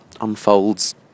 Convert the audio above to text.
unfolds